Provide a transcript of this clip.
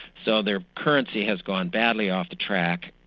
so their currency has gone badly off the track,